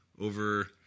over –